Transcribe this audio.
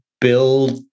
build